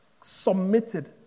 submitted